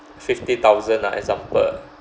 fifty thousand lah example